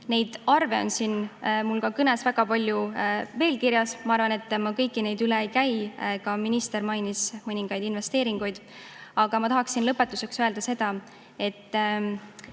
Neid arve on mul siin kõnes veel väga palju kirjas, aga ma arvan, et ma kõiki neid üle ei käi. Ka minister mainis mõningaid investeeringuid. Aga ma tahaksin lõpetuseks öelda seda, et